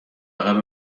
عقب